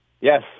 Yes